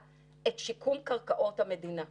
אנחנו מודדים דליפות בשיטות מקובלות במדינות ה-OECD.